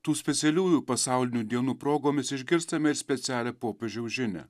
tų specialiųjų pasaulinių dienų progomis išgirstame ir specialią popiežiaus žinią